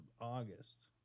August